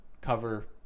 cover